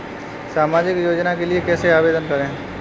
सामाजिक योजना के लिए कैसे आवेदन करें?